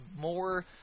more